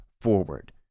forward